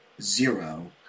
Zero